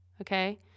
okay